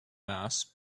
mass